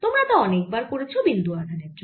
তোমরা তা অনেকবার করেছ বিন্দু আধানের জন্য